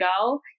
go